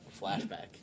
Flashback